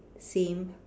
same